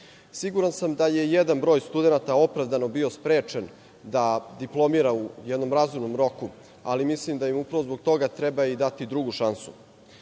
ispita. Siguran sam da je jedan broj studenata opravdano bio sprečen da diplomira u jednom razumnom roku, ali mislim da im upravo zbog toga treba dati drugu šansu.